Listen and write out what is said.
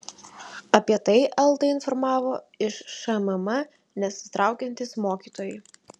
apie tai eltą informavo iš šmm nesitraukiantys mokytojai